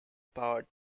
powered